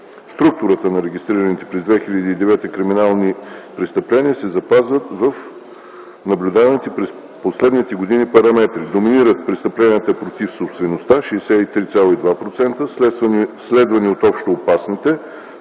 Структурата на регистрираните през 2009 г. криминални престъпления се запазват в наблюдаваните през последните години параметри. Доминират престъпленията против собствеността (63,2%), следвани от общоопасните